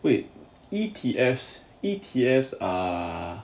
wait E_T_S E_T_F ah